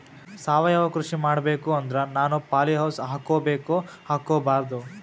ಸಾವಯವ ಕೃಷಿ ಮಾಡಬೇಕು ಅಂದ್ರ ನಾನು ಪಾಲಿಹೌಸ್ ಹಾಕೋಬೇಕೊ ಹಾಕ್ಕೋಬಾರ್ದು?